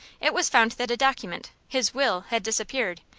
it was found that a document his will had disappeared,